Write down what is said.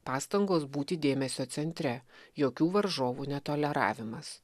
pastangos būti dėmesio centre jokių varžovų netoleravimas